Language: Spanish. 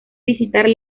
visitar